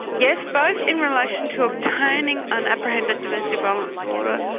yes, both in relation to obtaining an apprehended domestic violence order,